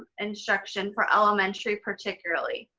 instruction for elementary particularly.